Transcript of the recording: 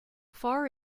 far